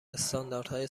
استانداردهای